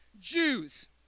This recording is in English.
jews